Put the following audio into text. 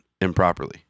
improperly